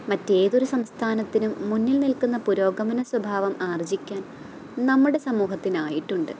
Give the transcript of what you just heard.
മറ്റേതൊരു സംസ്ഥനത്തിനും മുന്നിൽ നിൽക്കുന്ന പുരോഗമന സ്വഭാവം ആർജിക്കാൻ നമ്മുടെ സമൂഹത്തിനായിട്ടുണ്ട്